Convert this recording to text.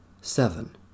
Seven